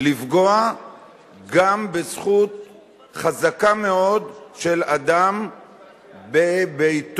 לפגוע גם בזכות חזקה מאוד של אדם בביתו,